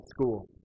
school